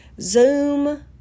Zoom